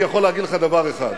אני יכול להגיד לך דבר אחד,